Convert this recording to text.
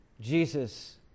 Jesus